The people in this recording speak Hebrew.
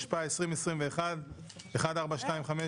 התשפ"א-2021 (מ/1425),